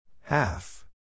Half